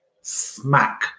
smack